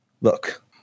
look